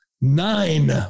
nine